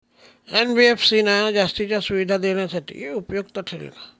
NBFC ना जास्तीच्या सुविधा देण्यासाठी उपयुक्त ठरेल का?